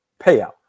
payout